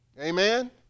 Amen